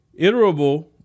Iterable